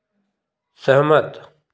सहमत